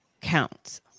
counts